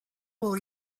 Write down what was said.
will